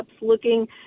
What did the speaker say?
looking